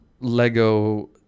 Lego